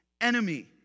enemy